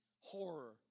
horror